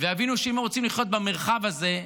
ויבינו שאם הם רוצים לחיות במרחב הזה,